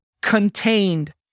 Contained